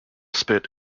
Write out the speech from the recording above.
spit